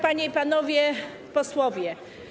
Panie i Panowie Posłowie!